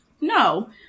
No